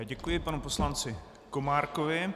Děkuji panu poslanci Komárkovi.